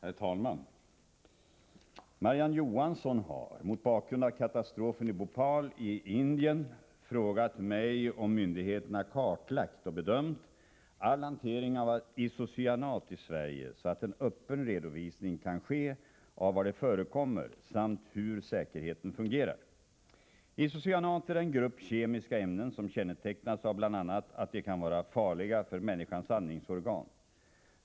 Herr talman! Marie-Ann Johansson har, mot bakgrund av katastrofen i Bhopal i Indien, frågat mig om myndigheterna kartlagt och bedömt all hantering av isocyanat i Sverige så att en öppen redovisning kan ske av var det förekommer samt hur säkerheten fungerar. Isocyanater är en grupp kemiska ämnen som kännetecknas av bl.a. att de kan vara farliga för människans andningsorgan.